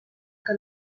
que